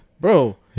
Bro